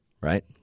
right